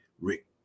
Rick